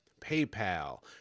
paypal